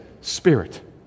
Spirit